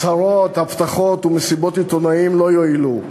הצהרות, הבטחות ומסיבות עיתונאים לא יועילו.